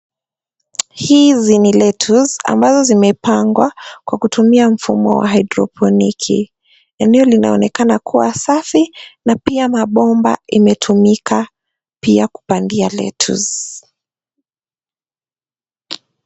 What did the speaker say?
Hizi ni lettuce ambazo zimepangwa kwa kutumia mfumo wa haidroponiki. Eneo linaonekana kuwa safi, na pia mabomba imetumika pia kupandia lettuce .